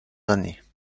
années